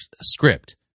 script